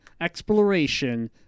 exploration